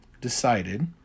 decided